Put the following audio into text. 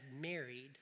married